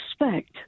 respect